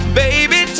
baby